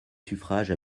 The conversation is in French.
suffrages